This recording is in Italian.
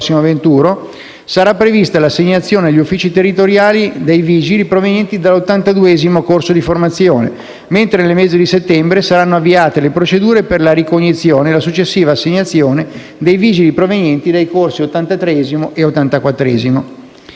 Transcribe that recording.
prossimo venturo, sarà prevista l'assegnazione agli uffici territoriali, dei vigili provenienti dall'82° corso di formazione, mentre nel mese di settembre saranno avviate le procedure per la ricognizione e la successiva assegnazione dei vigili provenienti dai corsi 83° e 84°.